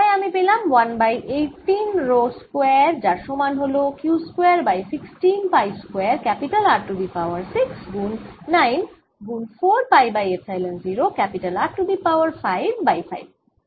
তাই আমি পেলাম 1 বাই 18 রো স্কয়ার যার সমান হল Q square by 16 pi square R to the power 6 গুন 9 গুন 4 pi by epsilon 0 R to the power 5 by 5